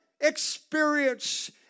experience